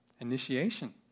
Initiation